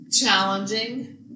challenging